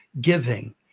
giving